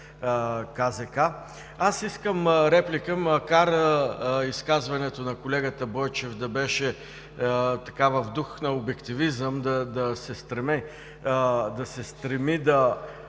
на КЗК! Правя реплика, макар изказването на колегата Бойчев да беше в дух на обективизъм, да се стреми да